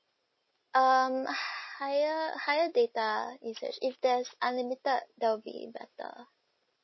um higher higher data if there's if there's unlimited that will be better